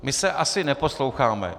My se asi neposloucháme.